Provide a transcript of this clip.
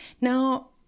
Now